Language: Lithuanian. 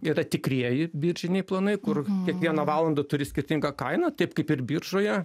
yra tikrieji brėžiniai planai kur kiekvieną valandą turi skirtingą kainą taip kaip ir biržoje